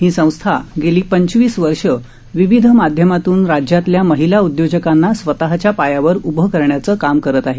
ही संस्था गेली पंचवीस वर्ष विविध माध्यमातून राज्यातल्या महिला उदयोजकांना स्वतःच्या पायावर उभं करण्याचं काम करत आहे